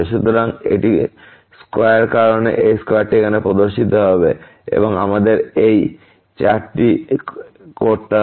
সুতরাং এটি স্কয়ার কারণে এই স্কয়ারটি এখানে প্রদর্শিত হবে এবং আমাদের এই 4 টি করতে হবে